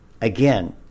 again